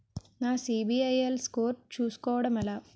నా CIBIL score చుస్కోవడం ఎలా?